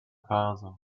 father